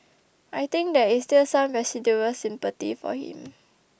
I think there is still some residual sympathy for him